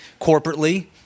corporately